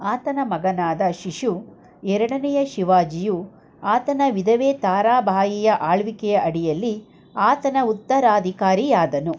ಆತನ ಮಗನಾದ ಶಿಶು ಎರಡನೆಯ ಶಿವಾಜಿಯು ಆತನ ವಿಧವೆ ತಾರಾಬಾಯಿಯ ಆಳ್ವಿಕೆಯ ಅಡಿಯಲ್ಲಿ ಆತನ ಉತ್ತರಾಧಿಕಾರಿಯಾದನು